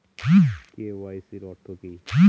KYC অর্থ কি?